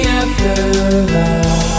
afterlife